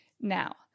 Now